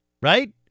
right